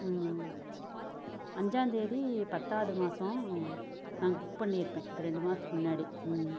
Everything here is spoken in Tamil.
அஞ்சாந்தேதி பத்தாவது மாசம் நான் புக் பண்ணியிருப்பேன் இப்போ ரெண்டு மாதத்துக்கு முன்னாடி